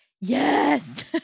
yes